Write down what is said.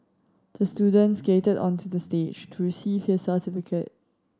the student skated onto the stage to receive his certificate